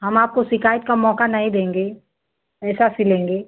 हम आपको शिकायत का मौका नहीं देंगे ऐसा सिलेंगे